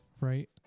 right